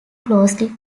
closely